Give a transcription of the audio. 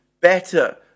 Better